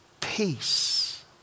Peace